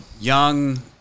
young